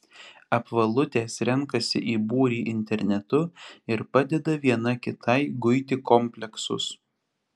apvalutės renkasi į būrį internetu ir padeda viena kitai guiti kompleksus